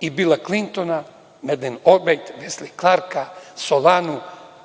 i Bila Klintona, Medlin Olbrajt, Vesli Klarka, Solanu.